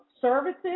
services